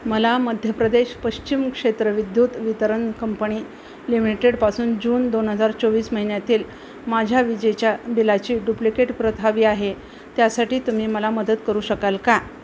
मला मध्य प्रदेश पश्चिम क्षेत्र विद्युत वितरण कंपणी लिमिटेडपासून जून दोन हजार चोवीस महिन्यातील माझ्या विजेच्या बिलाची डुप्लिकेट प्रत हवी आहे त्यासाठी तुम्ही मला मदत करू शकाल का